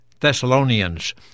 Thessalonians